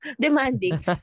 Demanding